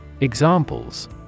Examples